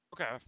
okay